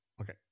Okay